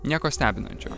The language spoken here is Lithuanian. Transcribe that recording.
nieko stebinančio